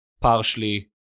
partially